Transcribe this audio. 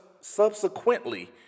subsequently